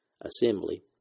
assembly